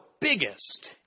biggest